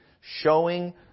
Showing